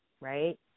right